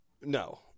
no